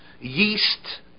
Yeast